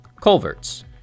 culverts